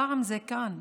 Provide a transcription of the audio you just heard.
הפעם זה כאן.